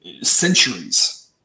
centuries